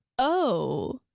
oh,